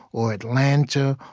or atlanta,